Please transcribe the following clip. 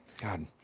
God